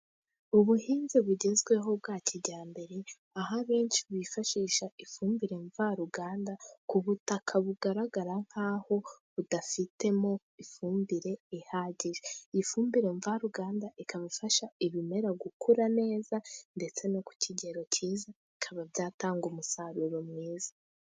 Ubuhinzi bugezweho bwa kijyambere, aho abenshi bifashisha ifumbire mvaruganda ku butaka bugaragara nk'aho budafitemo ifumbire ihagije. Ifumbire mvaruganda ikaba ifasha ibimera gukura neza, ndetse no ku kigero cyiza bikaba byatanga umusaruro mwiza.